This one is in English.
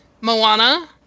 Moana